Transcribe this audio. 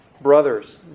Brothers